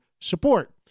support